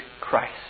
Christ